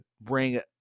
bring